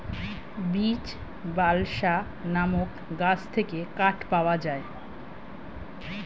beech, balsa নামক গাছ থেকে কাঠ পাওয়া যায়